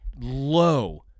low